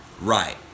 right